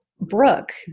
Brooke